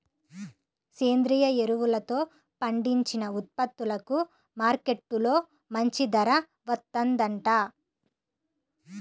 సేంద్రియ ఎరువులతో పండించిన ఉత్పత్తులకు మార్కెట్టులో మంచి ధర వత్తందంట